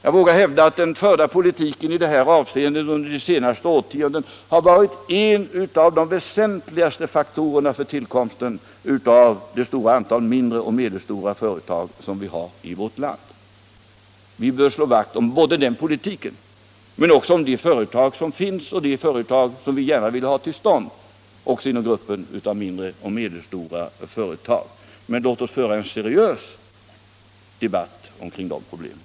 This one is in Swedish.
Jag vågar hävda att den förda politiken i det här avseendet under de senaste årtiondena har varit en av de väsentligaste faktorerna för tillkomsten av det stora antal mindre och medelstora företag som vi har i vårt land. Vi bör slå vakt om den politiken men också om de företag som finns och de företag som vi gärna vill ha nyetablerade även inom gruppen mindre och medelstora företag. Låt oss emellertid föra en seriös debatt omkring de problemen!